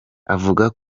avuga